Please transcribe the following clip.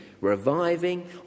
reviving